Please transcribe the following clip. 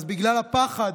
אז בגלל הפחד,